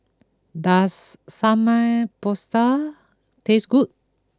does Samgeyopsal taste good